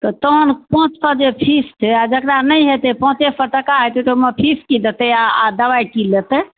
तऽ तहन पाँच सओ जे फीस छै आ जकरा नहि हेतै पाँचे सओ टका हेतै तऽ ओहिमे फीस की देतै आ दवाइ की लेतै